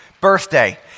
birthday